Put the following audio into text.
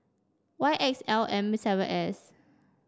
Y X L M seven S